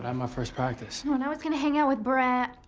my first practice. oh, and i was going to hang out with bra.